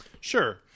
Sure